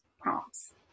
prompts